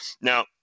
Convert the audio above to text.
Now